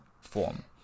form